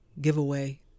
giveaway